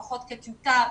לפחות בטיוטה,